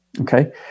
Okay